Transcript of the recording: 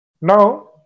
Now